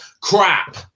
crap